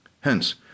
Hence